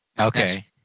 okay